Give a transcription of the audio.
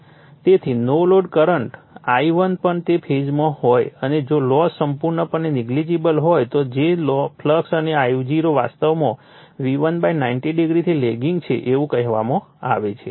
તેથી no load current I0 પણ તે ફેઝમાં હોય અને જો લોસ સંપૂર્ણપણે નેગલિજિબલ હોય તો જે ફ્લક્સ અને I0 વાસ્તવમાં V1 90o થી લેગિંગ છે એવું કહેવામાં આવે છે